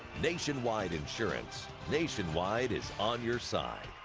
nationwide insurance. nationwide is on your side.